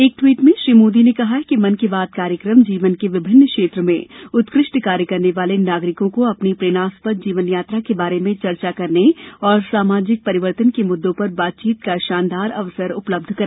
एक ट्वीट में श्री मोदी ने कहा कि मन की बात जीवन के विभिन्न क्षेत्र में उत्कृष्ठ कार्य करने वाले नागरिकों को अपनी प्रेरणास्पद जीवन यात्रा के बारे में चर्चा करने और सामाजिक परिवर्तन के मुद्दों पर बातचीत का शानदार अवसर उपलब्ध कराता है